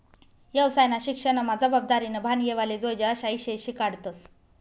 येवसायना शिक्सनमा जबाबदारीनं भान येवाले जोयजे अशा ईषय शिकाडतस